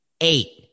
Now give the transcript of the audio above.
Eight